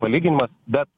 palyginimas bet